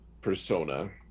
persona